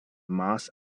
mars